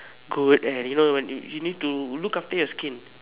good and you know you need to look after your skin